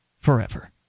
forever